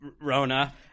Rona